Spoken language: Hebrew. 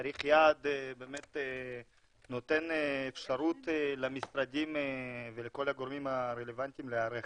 תאריך יעד באמת נותן אפשרות למשרדים ולכל הגורמים הרלוונטיים להיערך,